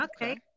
Okay